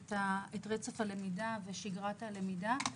את רצף הלמידה ושגרת הלמידה,